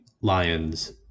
Lions